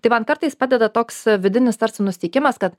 tai man kartais padeda toks vidinis tarsi nusiteikimas kad